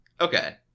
Okay